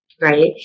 right